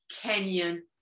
kenyan